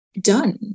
done